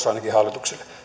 ainakin toivomus hallitukselle